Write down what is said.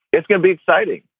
it's going to be exciting.